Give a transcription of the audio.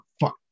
fuck